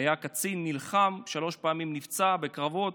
הוא היה קצין, נלחם, שלוש פעמים נפצע בקרבות,